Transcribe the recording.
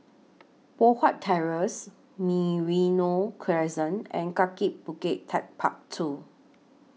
Poh Huat Terrace Merino Crescent and Kaki Bukit Techpark two